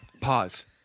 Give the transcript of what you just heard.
Pause